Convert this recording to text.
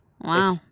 Wow